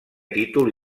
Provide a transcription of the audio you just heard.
títol